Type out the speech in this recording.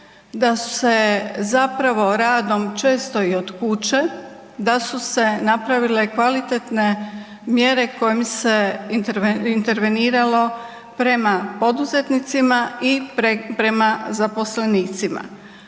da se zapravo radom često i od kuće, da su se napravile kvalitetne mjere kojim se interveniralo prema poduzetnicima i prema zaposlenicima.